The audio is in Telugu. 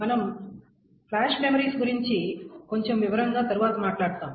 మనము ఫ్లాష్ మెమొరీస్ గురించి కొంచెం వివరంగా తరువాత మాట్లాడుతాము